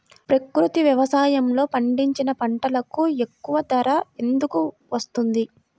ప్రకృతి వ్యవసాయములో పండించిన పంటలకు ఎక్కువ ధర ఎందుకు వస్తుంది?